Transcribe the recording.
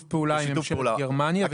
פעולה עם גרמניה --- בשיתוף פעולה,